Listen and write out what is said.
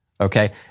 Okay